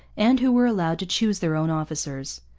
and who were allowed to choose their own officers.